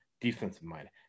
defensive-minded